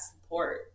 support